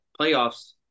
playoffs